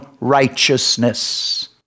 righteousness